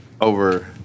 over